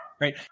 right